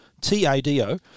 T-A-D-O